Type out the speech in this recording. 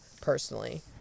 personally